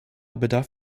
bedarf